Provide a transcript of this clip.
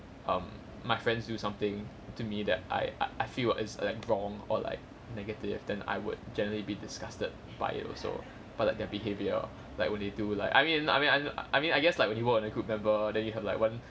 um my friends do something to me that I I feel like it's like wrong or like negative then I would generally be disgusted by it also but like their behavior like when they do like I mean I mean I I mean I guess like when you work in a group member then you have like one